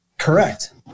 Correct